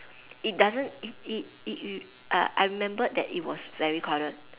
it doesn't it it it it uh I remembered that it was very crowded